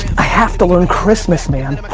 i have to learn christmas, man.